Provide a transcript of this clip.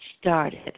started